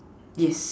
yes